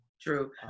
True